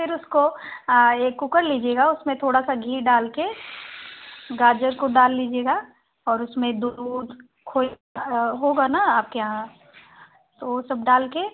फिर उसको एक कुकर लीजिएगा उसमें थोड़ा सा घी डाल कर गाजर को डाल लीजिएगा और उसमें दूध खोए होगा ना आपके यहाँ तो वो सब डाल कर